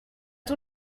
toi